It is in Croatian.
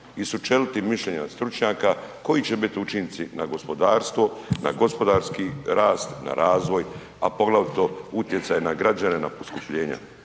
i sučeliti mišljenje od stručnjaka koji biti učinci na gospodarstvo, na gospodarski rast, na razvoj a poglavito utjecaj na građane, na poskupljenje.